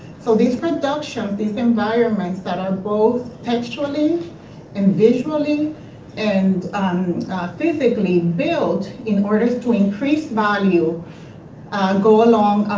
so these productions, these environments that are both texturally and visually and physically built in order to increase value go along